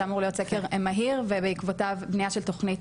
זה אמור להיות סקר מהיר ובעקבותיו בנייה של תוכנית,